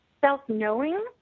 self-knowing